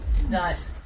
Nice